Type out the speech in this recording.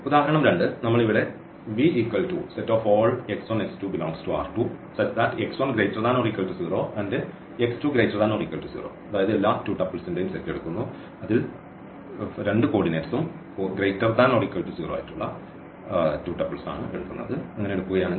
ഉദാഹരണം 2 നമ്മൾ ഇവിടെ എടുക്കുകയാണെങ്കിൽ